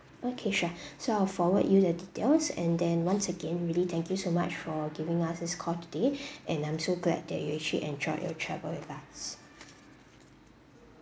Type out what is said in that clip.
okay sure so I will forward you the details and then once again really thank you so much for giving us this call today and I'm so glad that you actually enjoy your travel with us